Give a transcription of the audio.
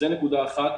זו נקודה אחת.